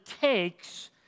takes